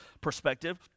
perspective